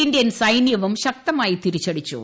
Indian സൈന്യവും ശക്തമായി തിരിച്ചടിച്ചു